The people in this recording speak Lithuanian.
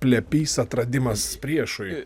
plepys atradimas priešui